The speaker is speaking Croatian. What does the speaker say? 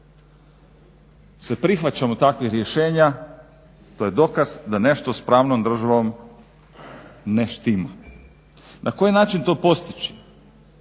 se prihvaćamo takvih rješenja to je dokaz da nešto s pravnom državom ne štima. Na koji način to postići?